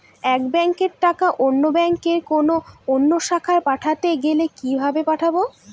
এক ব্যাংকের টাকা অন্য ব্যাংকের কোন অন্য শাখায় পাঠাতে গেলে কিভাবে পাঠাবো?